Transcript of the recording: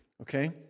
okay